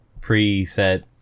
preset